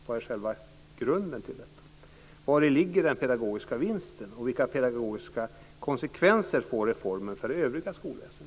Vad är själva grunden till detta, vari ligger den pedagogiska vinsten och vilka pedagogiska konsekvenser får reformen för det övriga skolväsendet?